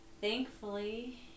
Thankfully